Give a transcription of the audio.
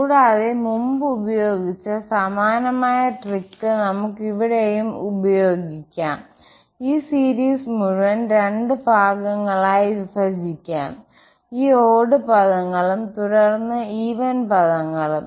കൂടാതെ മുമ്പ് ഉപയോഗിച്ച സമാനമായ ട്രിക്ക് നമുക്ക് ഇവിടെയും ഉപയോഗിക്കാം ഈ സീരീസ് മുഴുവൻ രണ്ട് ഭാഗങ്ങളായി വിഭജിക്കാം ഈ ഓഡ്ഡ് പദങ്ങളും തുടർന്ന് ഈവൻ പദങ്ങളും